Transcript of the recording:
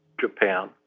Japan